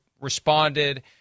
responded